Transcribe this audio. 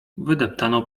wydeptaną